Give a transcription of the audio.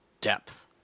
depth